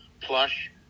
plush